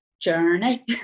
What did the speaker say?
journey